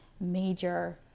major